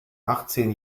achtzehn